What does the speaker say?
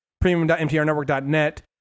premium.mtrnetwork.net